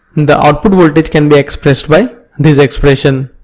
the output voltage can be expressed by this expression.